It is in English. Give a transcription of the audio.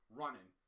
running